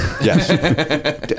Yes